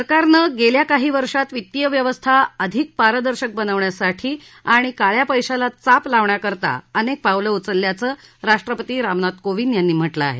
सरकारनं गेल्या काही वर्षात वित्तीय व्यवस्था अधिक पारदर्शक बनवण्यासाठी आणि काळ्या पैशाला चाप लावण्याकरता अनेक पावलं उचलल्याचं राष्ट्रपती रामनाथ कोविंद यांनी सांगितलं आहे